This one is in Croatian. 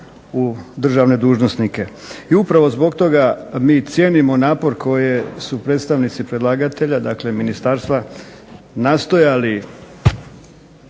u državne dužnosnike i upravo zbog toga mi cijenimo napor koji su predstavnici predlagatelja, dakle ministarstva nastojali